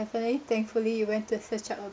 definitely thankfully you went to search up